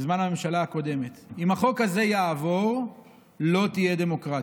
בזמן הממשלה הקודמת: אם החוק הזה יעבור לא תהיה דמוקרטיה,